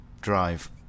drive